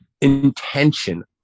intention